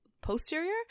posterior